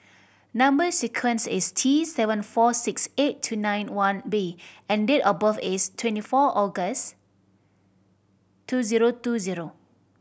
number sequence is T seven four six eight two nine one B and date of birth is twenty four August two zero two zero